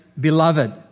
beloved